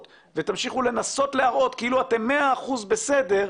ותמשיכו לנסות להראות כאילו אתם מאה אחוז בסדר,